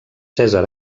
cèsar